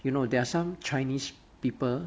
you know there are some chinese people